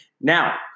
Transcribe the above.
Now